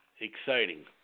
Exciting